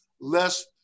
less